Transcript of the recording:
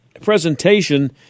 presentation